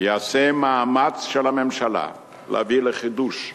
ייעשה מאמץ של הממשלה להביא לחידוש המשא-ומתן.